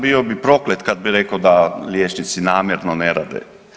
Bio bi proklet kad bi rekao da liječnici namjerno ne rade.